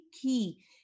key